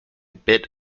bit